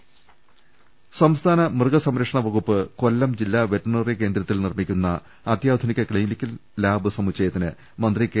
രുട്ട്ട്ട്ട്ട്ട്ട സംസ്ഥാന മൃഗസംരക്ഷണ വകുപ്പ് കൊല്ലം ജില്ലാ വെറ്ററനറി കേന്ദ്ര ത്തിൽ നിർമ്മിക്കുന്ന അത്യാധുനിക ക്ലിനിക്കൽ ലാബ് സമുച്ചയത്തിന് മന്ത്രി കെ